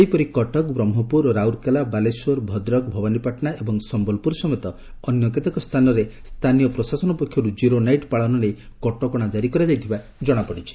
ସେହିପରି କଟକ ବ୍ରହ୍କପୁର ରାଉରକେଲା ବାଲେଶ୍ୱର ଭଦ୍ରକ ଭବାନୀପାଟଣା ଏବଂ ସ୍ୟଲପୁର ସମେତ ଅନ୍ୟ କେତେକ ସ୍ଚାନରେ ସ୍ଚାନୀୟ ପ୍ରଶାସନ ପକ୍ଷରୁ ଜିରୋ ନାଇଟ ପାଳନ ନେଇ କଟକଶା ଜାରି କରାଯାଇଛି